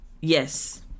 Yes